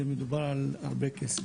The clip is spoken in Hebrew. מדובר על הרבה כסף.